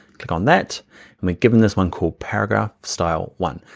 click on that and we've given this one called paragraph style one.